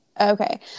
Okay